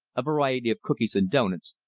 a variety of cookies and doughnuts,